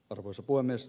arvoisa puhemies